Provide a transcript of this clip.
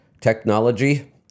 technology